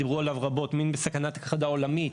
דיברו עליו רבות מין בסכנת הכחדה עולמית,